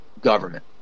government